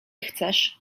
chcesz